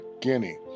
Guinea